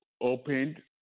opened